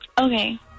Okay